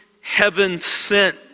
heaven-sent